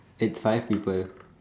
it's five people